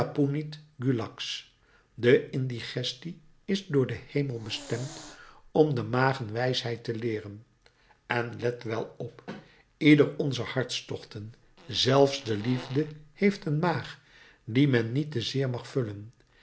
punit gulax de indigestie is door den hemel bestemd om de magen wijsheid te leeren en let wel op ieder onzer hartstochten zelfs de liefde heeft een maag die men niet te zeer mag vullen